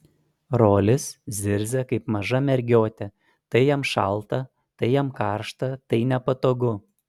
rolis zirzia kaip maža mergiotė tai jam šalta tai jam karšta tai nepatogu